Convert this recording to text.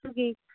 मागीर